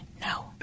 no